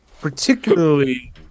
particularly